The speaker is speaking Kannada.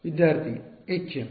ವಿದ್ಯಾರ್ಥಿ ಎಚ್ಎಂ